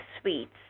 sweets